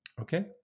Okay